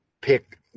pick